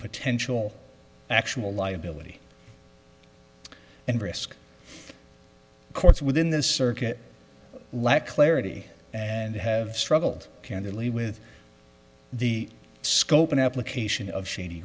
potential actual liability and risk courts within the circuit lack clarity and have struggled candidly with the scope and application of shady